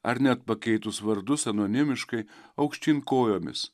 ar net pakeitus vardus anonimiškai aukštyn kojomis